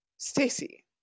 stacy